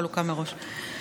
חלוקה מראש.